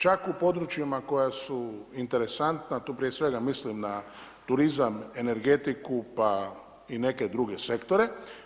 Čak i u područjima koja su interesantna, tu prije svega mislim na turizam, energetiku, pa i neke druge sektore.